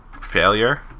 failure